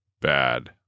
bad